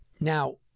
Now